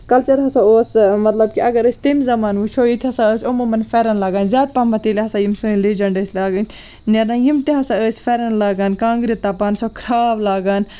culture ہسا اوس مطلب کہِ اگر أسۍ تَمہِ زمانہٕ وٕچھو ییٚتہِ ہسا ٲسۍ عموٗماً پھٮ۪رَن لگان زیادٕ پہمتھ ییٚلہِ ہسا یِم سٲنۍ لیجَنٛٹ ٲسۍ لاگان نیران یِم تہِ ہسا ٲسۍ پھٮ۪رَن لاگان کانٛگرِ تپان سۄ کھرٛاو لاگان